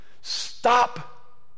Stop